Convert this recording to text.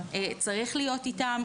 צריך להיות איתם.